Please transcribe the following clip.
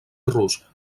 rus